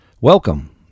Welcome